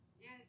Yes